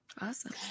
Awesome